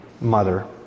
mother